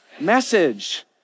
message